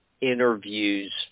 interviews